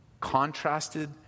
contrasted